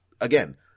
again